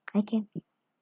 I can